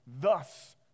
thus